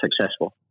successful